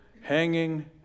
hanging